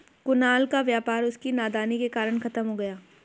कुणाल का व्यापार उसकी नादानी के कारण खत्म हो गया